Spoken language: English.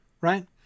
right